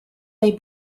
they